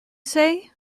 say